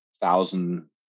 thousand